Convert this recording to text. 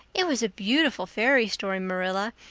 it was a beautiful fairy story, marilla.